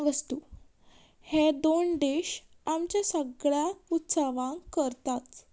वस्तू हे दोन डीश आमच्या सगळ्या उत्सवांक करताच